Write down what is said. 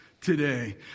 today